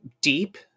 deep